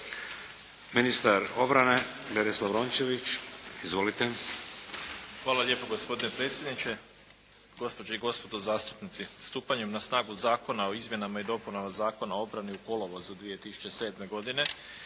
Berislav Rončević. Izvolite! **Rončević, Berislav (HDZ)** Hvala lijepo gospodine predsjedniče, gospođe i gospodo zastupnici. Stupanjem na snagu Zakona o izmjenama i dopunama Zakona o obrani u kolovozu 2007. godine